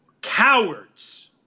cowards